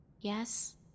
Yes